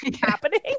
happening